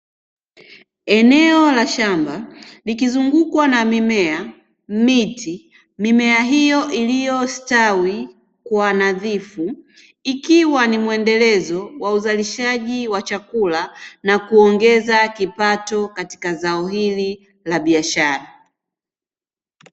Eneo la shamba likizungukwa na mimea, miti, mimea hiyo iliyostawi kwa nadhifu, ikiwa ni mwendelezo wa uzalishaji wa chakula na kuongeza kipato katika zao hili la biashara.